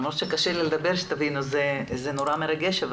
למרות שקשה לי לדבר כי זה נורא מרגש.